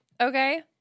Okay